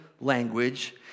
language